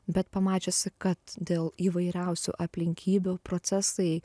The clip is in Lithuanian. bet pamačiusi kad dėl įvairiausių aplinkybių procesai